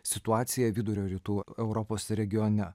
situacija vidurio rytų europos regione